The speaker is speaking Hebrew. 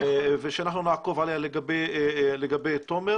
שאנחנו נעקוב אחריה לגבי תומר.